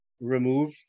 remove